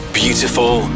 beautiful